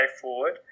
forward